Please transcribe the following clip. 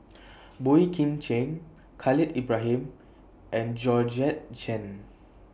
Boey Kim Cheng Khalil Ibrahim and Georgette Chen